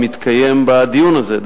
מתקיים בדיון הזה,